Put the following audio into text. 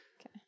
Okay